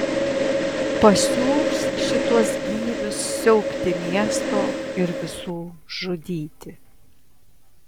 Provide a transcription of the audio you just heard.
pasiųs šituos gyvius siaubti miesto ir visų žudyti